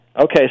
Okay